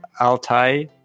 Altai